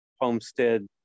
homestead